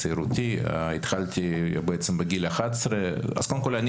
בצעירותי התחלתי בעצם בגיל 11. אז קודם כל אני